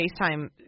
FaceTime